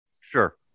Sure